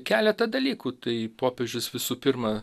keletą dalykų tai popiežius visų pirma